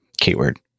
keyword